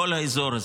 כל האזור הזה.